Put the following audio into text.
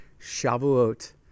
Shavuot